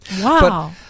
wow